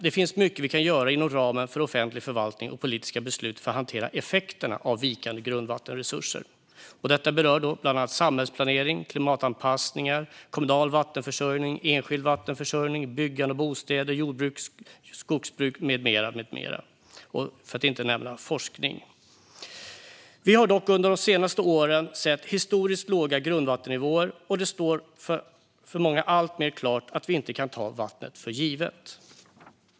Det finns ändå mycket vi kan göra inom ramen för offentlig förvaltning och politiska beslut för att hantera effekterna av vikande grundvattenresurser. Detta berör bland annat samhällsplanering, klimatanpassningar, kommunal och enskild vattenförsörjning, byggande och bostäder, jord och skogsbruk med mera - för att inte nämna forskning. Vi har dock under de senaste åren sett historiskt låga grundvattennivåer, och det står för många alltmer klart att vi inte kan ta vattnet för givet.